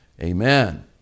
amen